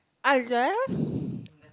I guess